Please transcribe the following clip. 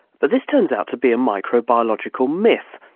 but this turns out to be a microbiological myth,